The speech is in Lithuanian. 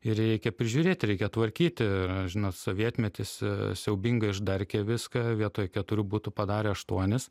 ir jį reikia prižiūrėti reikia tvarkyti raginot sovietmetis siaubinga išdarkė viską vietoj keturių butų padarė aštuonis